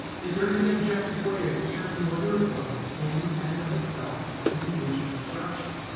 is there any objective way of determining whether a book in and of itself is an agent of corruption?